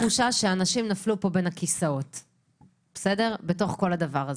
יש תחושה שאנשים נפלו פה בין הכיסאות בתוך כל הדבר הזה.